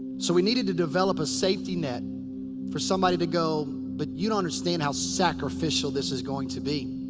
so we needed to develop a safety net for somebody to go, but you don't understand how sacrificial this is going to be.